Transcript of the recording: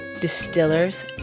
distillers